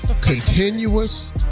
Continuous